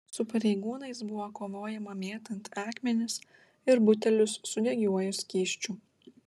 su pareigūnais buvo kovojama mėtant akmenis ir butelius su degiuoju skysčiu